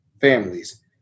families